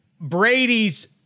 Brady's